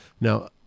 Now